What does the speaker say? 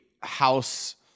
house